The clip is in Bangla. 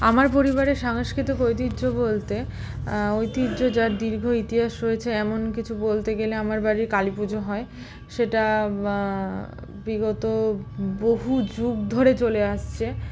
আমর পরিবারে সাংস্কৃতিক ঐতিহ্য বলতে ঐতিহ্য যার দীর্ঘ ইতিহাস রয়েছে এমন কিছু বলতে গেলে আমার বাড়ির কালী পুজো হয় সেটা বিগত বহু যুগ ধরে চলে আসছে